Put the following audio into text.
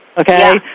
Okay